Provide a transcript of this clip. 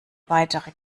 weitere